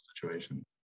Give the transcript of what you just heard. situation